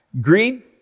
Greed